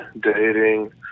dating